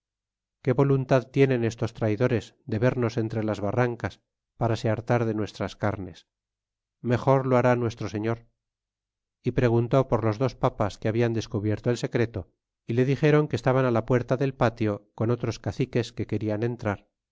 qué voluntad tienen estos traidores de vernos entre las barrancas para se hartar de nuestras carnes mejor lo hará nuestro señor y preguntó por los dos papas que hablan descubierto el secreto y le dixéron que estaban á la puerta del patio con otros caciques que querian entrar